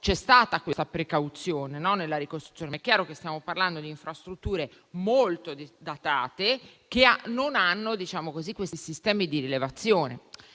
c'è stata questa precauzione, ma è chiaro che stiamo parlando di infrastrutture molto datate, che non hanno questi sistemi di rilevazione.